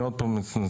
אני עוד פעם מתנצל,